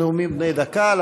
עם נאומים בני דקה,